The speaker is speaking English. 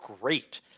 great